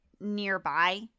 nearby